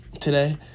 today